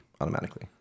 automatically